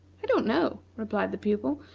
i don't know, replied the pupil,